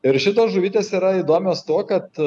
ir šitos žuvytės yra įdomios tuo kad